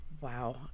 Wow